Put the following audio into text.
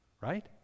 Right